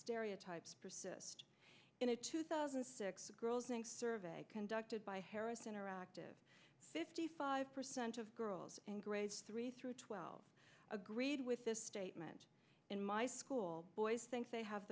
stereotypes persist in a two thousand and six girls next survey conducted by harris interactive fifty five percent of girls and grades three through twelve agreed with this statement in my school boys think they have